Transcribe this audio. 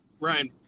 Ryan